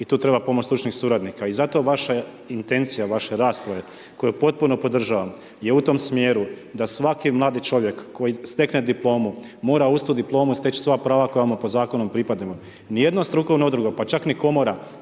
i tu treba pomoć stručnih suradnika. I zato vaša intencija, vaše rasprave koju potpuno podržavam je u tom smjeru da svaki mladi čovjek koji stekne diplomu mora uz tu diplomu steći sva prava koja mu po zakonu pripadaju. Ni jedna strukovna udruga, pa čak ni komora,